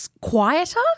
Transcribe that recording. Quieter